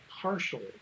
partially